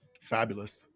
Fabulous